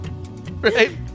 Right